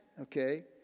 okay